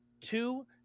Two